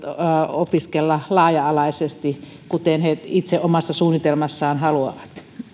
opiskella laaja alaisesti kuten he itse omassa suunnitelmassaan haluavat